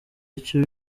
icyo